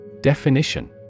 Definition